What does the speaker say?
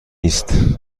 است